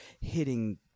Hitting